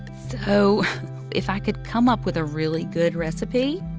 so if i could come up with a really good recipe,